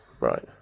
right